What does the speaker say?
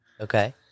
Okay